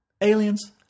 Aliens